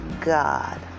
God